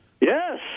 yes